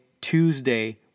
Tuesday